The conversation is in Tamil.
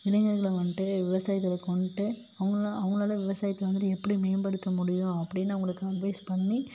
இளைஞர்களை வந்துட்டு விவசாயத்தில் கொண்டுட்டு அவுங்களை அவங்களால விவசாயத்தை வந்துவிட்டு எப்படி மேம்படுத்த முடியும் அப்படின்னு அவங்களுக்கு அட்வைஸ் பண்ணி